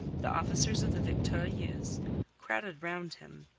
the officers of the victorieuse crowded round him,